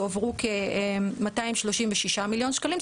הועברו כ-236 מיליון שקלים.